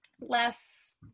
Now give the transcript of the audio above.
less